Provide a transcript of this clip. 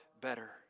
better